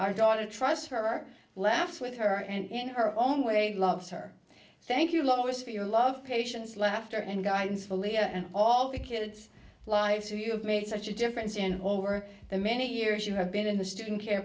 our daughter trusts her laugh with her and her own way loves her thank you lois for your love patience laughter and guidance for leah and all the kids lives you have made such a difference in over the many years you have been in the student care